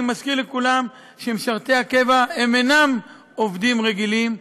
אני מזכיר לכולם שמשרתי הקבע אינם עובדים רגילים,